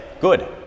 Good